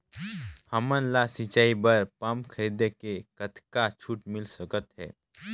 हमन ला सिंचाई बर पंप खरीदे से कतका छूट मिल सकत हे?